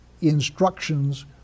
instructions